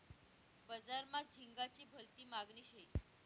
बजार मा झिंगाची भलती मागनी शे